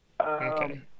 Okay